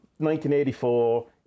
1984